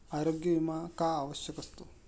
आरोग्य विमा का आवश्यक असतो?